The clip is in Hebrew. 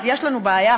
אז יש לנו בעיה,